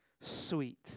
sweet